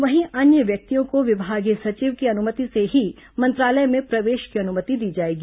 वहीं अन्य व्यक्तियों को विभागीय सचिव की अनुमति से ही मंत्रालय में प्रवेश की अनुमति दी जाएगी